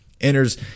enters